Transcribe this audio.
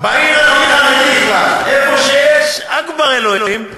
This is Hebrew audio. בעיר הכי חרדית, איפה שיש אכבר אלוהים,